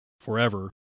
forever